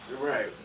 right